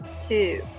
two